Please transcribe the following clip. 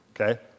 Okay